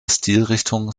stilrichtung